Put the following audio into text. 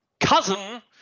cousin